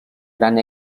gran